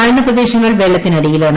താഴ്ന്ന പ്രദേശങ്ങൾ വെള്ളത്തിനടിയിലാണ്